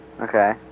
Okay